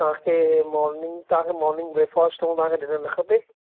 तव्हां खे मोर्निंग तव्हां खे मोर्निंग ब्रेकफास्ट अऊं तव्हां खे डिनर न खपे